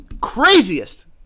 craziest